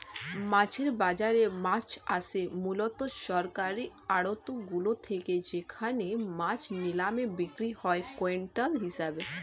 মাছের বাজারে মাছ আসে মূলত সরকারি আড়তগুলি থেকে যেখানে মাছ নিলামে বিক্রি হয় কুইন্টাল হিসেবে